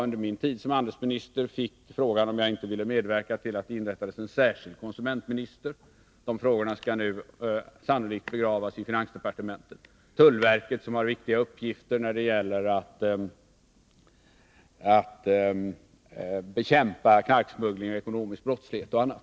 Under min tid som handelsminister fick jag frågan om jag inte ville medverka till att det inrättades en särskild konsumentminister. Dessa frågor skall nu sannolikt begravas i finansdepartementet. Det gäller också tullverkets viktiga uppgifter för att bekämpa knarksmuggling, ekonomisk brottslighet och annat.